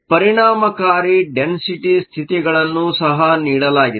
ಪರಿಣಾಮಾಕಾರಿ density ಸ್ಥಿತಿಗಳನ್ನು ಸಹ ನೀಡಲಾಗಿದೆ